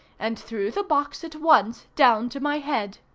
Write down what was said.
and threw the box at once down to my head.